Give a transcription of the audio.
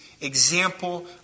example